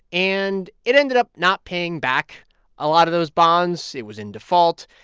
and it ended up not paying back a lot of those bonds. it was in default.